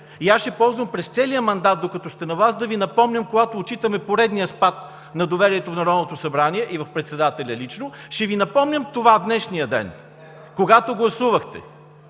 И аз ще ползвам през целия мандат, докато сте на власт да Ви напомням, когато отчитаме поредния спад на доверието в Народното събрание и в председателя лично, ще Ви напомням днешния ден, когато гласувахте.